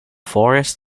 forest